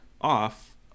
off